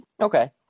Okay